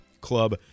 Club